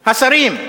השרים.